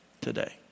today